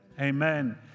Amen